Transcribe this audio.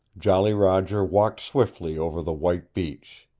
jolly roger walked swiftly over the white beach.